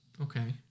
Okay